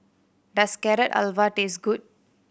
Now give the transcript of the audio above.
does Carrot Halwa taste good